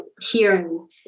hearing